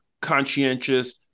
conscientious